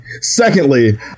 Secondly